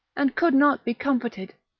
and could not be comforted,